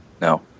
No